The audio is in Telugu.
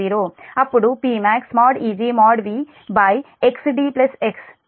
అప్పుడు Pmax | Eg ||V|xdx